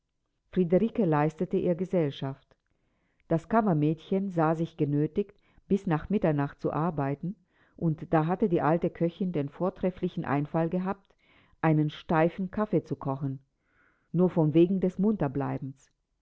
friederike leistete ihr gesellschaft das kammermädchen sah sich genötigt bis nach mitternacht zu arbeiten und da hatte die alte köchin den vortrefflichen einfall gehabt einen steifen kaffee zu kochen nur von wegen des